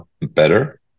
better